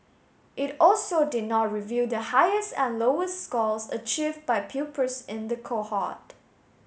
it also did not reveal the highest and lowest scores achieve by pupils in the cohort